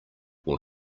will